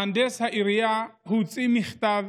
מהנדס העירייה הוציא מכתב